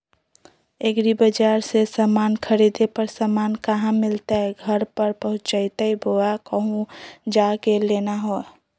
एग्रीबाजार से समान खरीदे पर समान कहा मिलतैय घर पर पहुँचतई बोया कहु जा के लेना है?